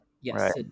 Yes